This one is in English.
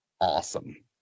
awesome